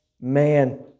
man